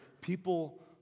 people